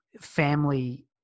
family